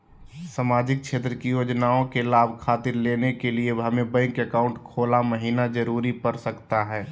सामाजिक क्षेत्र की योजनाओं के लाभ खातिर लेने के लिए हमें बैंक अकाउंट खोला महिना जरूरी पड़ सकता है?